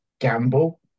gamble